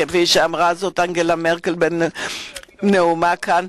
כפי שאמרה אנגלה מרקל בנאומה כאן.